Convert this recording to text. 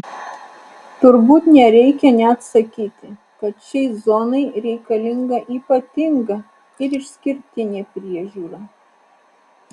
turbūt nereikia net sakyti kad šiai zonai reikalinga ypatinga ir išskirtinė priežiūra